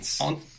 On